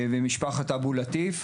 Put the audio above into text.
ומשפחת אבו לטיף.